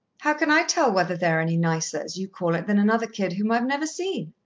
how can i tell whether they are any nicer, as you call it, than another kid whom i've never seen?